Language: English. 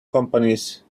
companies